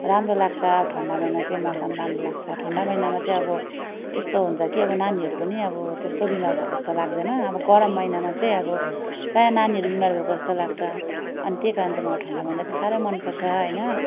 राम्रो लाग्छ अब ठन्डा महिना चाहिँ मौसम राम्रो लाग्छ ठन्डा महिनामा चाहिँ अब यस्तो हुन्छ कि अब नानीहरू पनि अब त्यस्तो बिमार भएको जस्तो लाग्दैन अब गरम महिनामा चाहिँ अब प्रायः नानीहरू बिमार भएको जस्तो लाग्छ अनि त्यही कारण चाहिँ मलाई ठन्डा महिना चाहिँ साह्रै मनपर्छ होइन